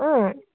অঁ